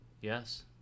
yes